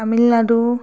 Tamil Nadu